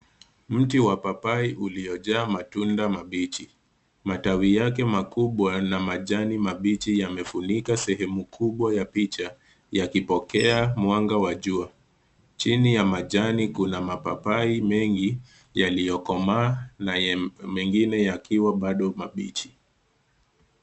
Mti wa papai uliojaa matunda mabichi, matawi yake makubwa na majani mabichi yamefunika sehemu kubwa ya picha yakipokea mwanga wa jua. Chini ya majani kuna mapapai mengi yaliyokomaa na mengine yakiwa bado mabichi.